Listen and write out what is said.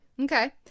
Okay